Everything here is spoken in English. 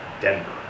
Denver